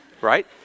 right